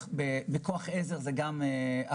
גם המצב בכוח עזר הוא אחר.